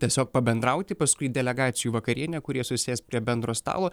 tiesiog pabendrauti paskui delegacijų vakarienė kur jie susės prie bendro stalo